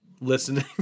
listening